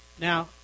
Now